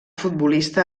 futbolista